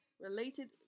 related